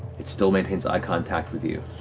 it still maintains eye contact with you.